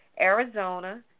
Arizona